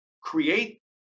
create